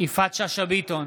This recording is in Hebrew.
יפעת שאשא ביטון,